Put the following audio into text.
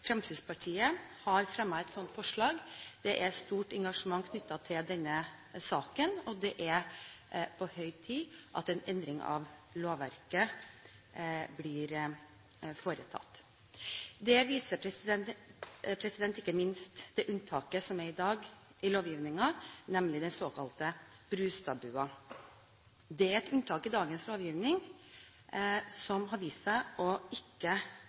Fremskrittspartiet har fremmet et sånt forslag. Det er et stort engasjement knyttet til denne saken, og det er på høy tid at en endring av lovverket blir foretatt. Det viser ikke minst det unntaket som i dag er i lovgivningen, nemlig den såkalte Brustad-bua. Det er et unntak i dagens lovgivning som har vist seg å